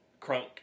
crunk